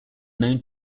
known